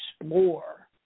explore